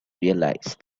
realise